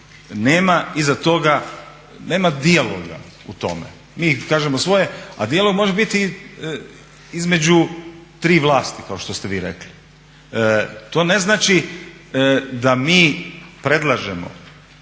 nema iza toga, nema dijaloga u tome. Mi kažemo svoje, a dijalog može biti između tri vlasti kao što ste vi rekli. To ne znači da mi predlažemo